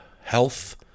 health